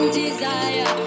desire